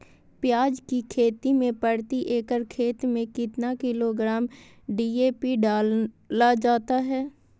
प्याज की खेती में प्रति एकड़ खेत में कितना किलोग्राम डी.ए.पी डाला जाता है?